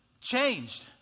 changed